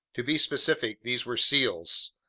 to be specific, these were seals.